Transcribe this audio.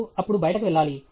మీరు అప్పుడు బయటకు వెళ్ళాలి